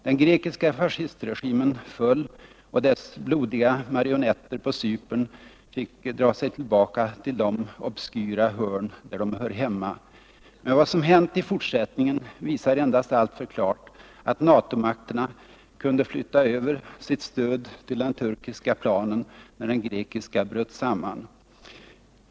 Den grekiska fascistregimen föll och dess blodiga marionetter på Cypern fick dra sig tillbaka till de obskyra hörn där de hör hemma. Men vad som hänt i fortsättningen visar endast alltför klart att NATO-makterna kunde flytta över sitt stöd till den turkiska planen, när den grekiska bröt samman.